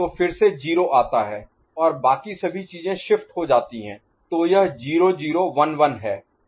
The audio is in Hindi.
तो फिर से 0 आता है और बाकी सभी चीजें शिफ्ट हो जाती हैं तो यह 0 0 1 1 है